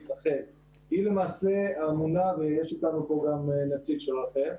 רח"ל ויש איתנו פה גם נציג של רח"ל,